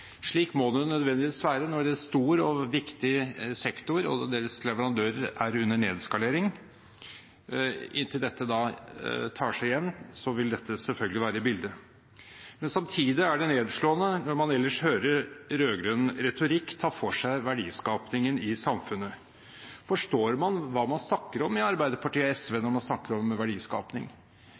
Slik må det nødvendigvis være når en stor og viktig sektor og deres leverandører er under nedskalering. Inntil dette tar seg opp igjen, vil dette selvfølgelig være bildet. Samtidig er det nedslående når man ellers hører rød-grønn retorikk ta for seg verdiskapingen i samfunnet. Forstår man hva man snakker om i Arbeiderpartiet og SV når man snakker om